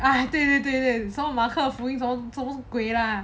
!aiya! 对对对什么马克服什么鬼 lah